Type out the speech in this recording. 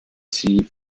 sie